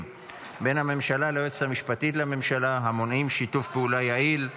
בין הממשלה ליועצת המשפטית לממשלה המונעים שיתוף פעולה יעיל.